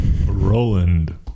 Roland